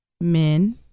men